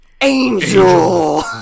Angel